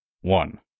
One